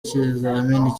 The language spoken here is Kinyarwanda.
ikizamini